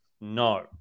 No